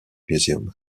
museum